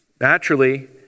Naturally